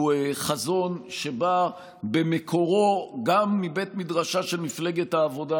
הוא חזון שבא במקורו גם מבית מדרשה של מפלגת העבודה,